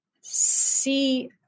see